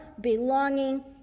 belonging